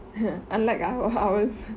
unlike our ours